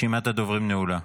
רשימת הדוברים נעולה.